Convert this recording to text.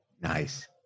Nice